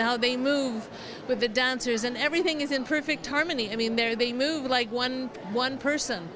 now they move with the dancers and everything is in perfect harmony i mean there they move like one one person